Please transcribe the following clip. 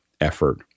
effort